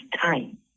time